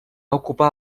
ocupar